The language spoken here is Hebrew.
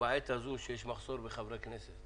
בעת הזאת שיש מחסור בחברי כנסת